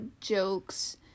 jokes